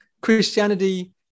Christianity